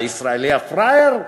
הישראלי הפראייר?